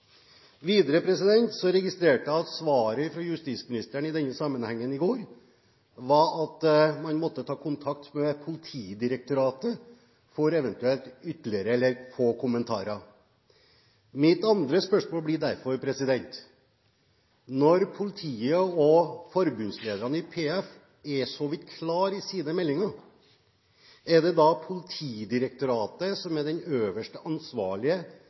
Videre registrerte jeg at svaret fra justisministeren i denne sammenhengen i går var at man måtte ta kontakt med Politidirektoratet for eventuelt å få kommentarer. Mitt andre spørsmål blir derfor: Når politiet og forbundslederne i PF er så vidt klare i sine meldinger, er det da Politidirektoratet som er den øverste ansvarlige